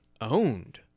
owned